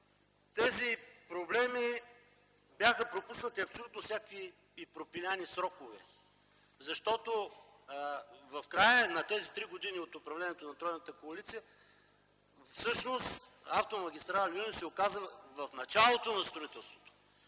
тези проблеми бяха пропуснати и пропилени абсолютно всякакви срокове, защото в края на тези три години от управлението на тройната коалиция всъщност автомагистрала „Люлин” се оказа в началото на строителството.